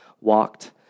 walked